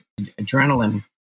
adrenaline